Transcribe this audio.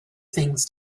things